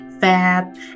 fab